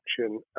action